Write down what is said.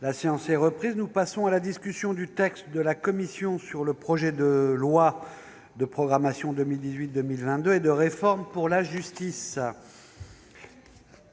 La séance est reprise. Nous passons à la discussion du texte de la commission sur le projet de loi de programmation 2018-2022 et de réforme pour la justice.